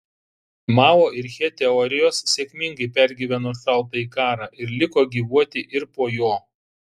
mao ir che teorijos sėkmingai pergyveno šaltąjį karą ir liko gyvuoti ir po jo